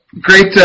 great